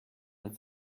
man